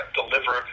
deliver